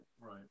right